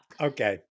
Okay